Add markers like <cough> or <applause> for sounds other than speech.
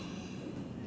<laughs>